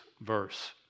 verse